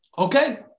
Okay